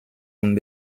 und